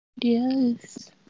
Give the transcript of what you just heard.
yes